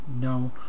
No